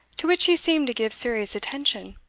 to which he seemed to give serious attention.